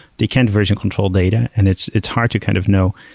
they can't version control data, and it's it's hard to kind of know.